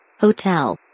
hotel